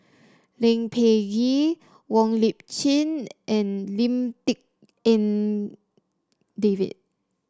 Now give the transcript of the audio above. Peh Gee Wong Lip Chin and Lim Tik En David